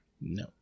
no